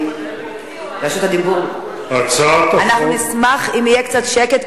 אנחנו נשמח שיהיה קצת שקט,